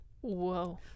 Whoa